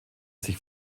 sich